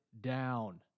down